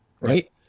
right